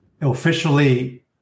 officially